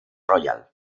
royal